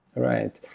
right.